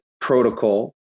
Protocol